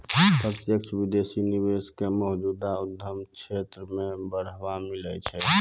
प्रत्यक्ष विदेशी निवेश क मौजूदा उद्यम क्षेत्र म बढ़ावा मिलै छै